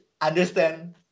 understand